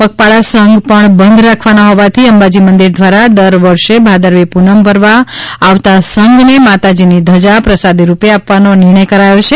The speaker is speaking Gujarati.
પગપાળા સંઘ પણ બંધ રાખવાના હોવાથી અંબાજી મંદિર દ્વારા દર વર્ષે ભાદરવી પૂનમ ભરવા આવતા સંઘને માતાજીની ધજા પ્રસાદી રૂપે આપવાનો નિર્ણય કરાયો છે